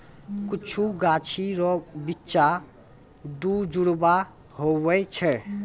कुछु गाछी रो बिच्चा दुजुड़वा हुवै छै